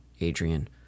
Adrian